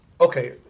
okay